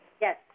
Yes